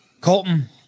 Colton